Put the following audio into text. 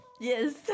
Yes